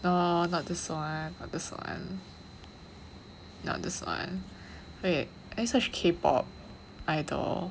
no not this one not this one not this one wait I search K_POP idol